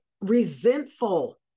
Resentful